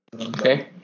Okay